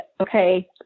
okay